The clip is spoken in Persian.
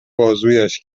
بازویش